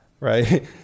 Right